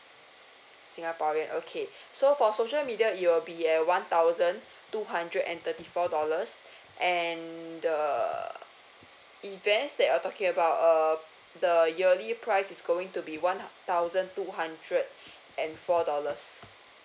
singaporean okay so for social media you will be a one thousand two hundred and thirty four dollars and the events that you're talking about uh the yearly price is going to be one thousand two hundred and four dollars